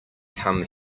come